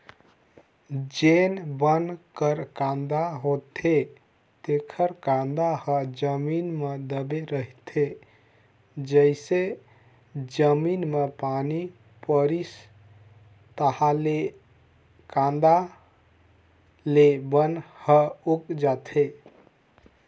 जेन बन कर कांदा होथे तेखर कांदा ह जमीन म दबे रहिथे, जइसे जमीन म पानी परिस ताहाँले ले कांदा ले बन ह उग जाथे